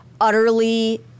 utterly